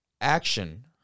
action